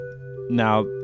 Now